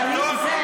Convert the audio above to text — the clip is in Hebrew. באיזו שנה?